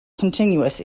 continuous